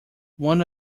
one